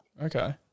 Okay